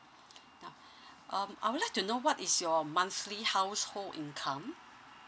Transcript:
now um I would like to know what is your monthly household income